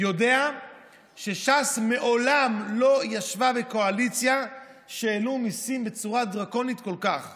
יודע שש"ס מעולם לא ישבה בקואליציה שהעלו מיסים בצורה דרקונית כל כך.